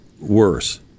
worse